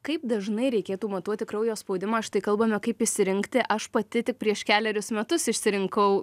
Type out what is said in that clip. kaip dažnai reikėtų matuoti kraujo spaudimą štai kalbame kaip išsirinkti aš pati tik prieš kelerius metus išsirinkau